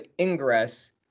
ingress